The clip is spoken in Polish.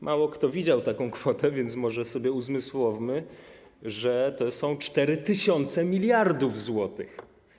Mało kto widział taką kwotę, więc może sobie uzmysłówmy, że to są 4 tysiące miliardów złotych.